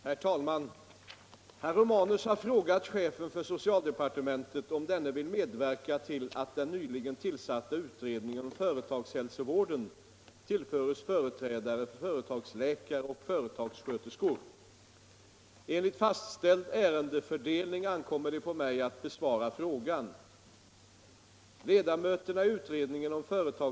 Herr talman! Herr Romanus har frågat chefen för socialdepartementet om denne vill medverka till att den nyligen tillsatta utredningen om företagshälsovården tillföres företrädare för företagsläkare och företagssköterskor. Enligt fastställd ärendefördelning ankommer det på mig att besvara frågan.